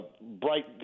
bright